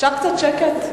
אפשר קצת שקט?